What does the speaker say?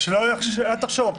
שלא תחשוב,